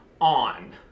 on